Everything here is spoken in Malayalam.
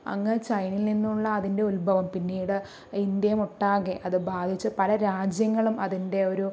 അങ്ങ് ചൈനയിൽ നിന്നുള്ള അതിൻ്റെ ഉത്ഭവം പിന്നീട് ഇന്ത്യ ഒട്ടാകെ അത് ബാധിച്ച് പല രാജ്യങ്ങളും അതിൻ്റെ ഒരു